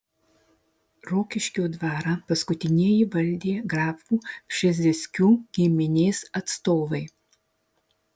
rokiškio dvarą paskutinieji valdė grafų pšezdzieckių giminės atstovai